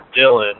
Dylan